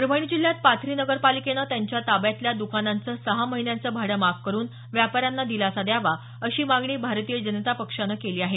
परभणी जिल्ह्यात पाथरी नगरपालिकेनं त्यांच्या ताब्यातल्या दुकानांचं सहा महिन्याचं भाडं माफ करुन व्यापाऱ्यांना दिलासा द्यावा अशी मागणी भारतीय जनता पक्षानं केली आहे